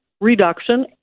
reduction